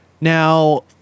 Now